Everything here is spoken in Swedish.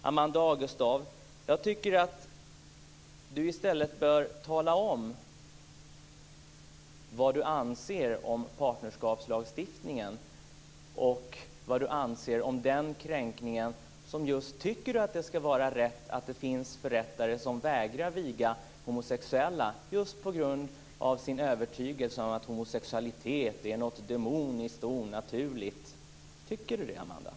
Jag tycker att Amanda Agestav i stället bör tala om vad hon anser om partnerskapslagstiftningen och vad hon anser om den kränkning som det innebär att det ska få finnas förrättare som vägrar att viga homosexuella just på grund av en övertygelse om att homosexualitet är någonting demoniskt och onaturligt. Tycker Amanda Agestav det?